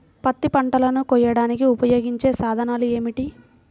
పత్తి పంటలను కోయడానికి ఉపయోగించే సాధనాలు ఏమిటీ?